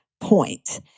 point